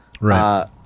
Right